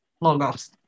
logos